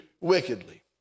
wickedly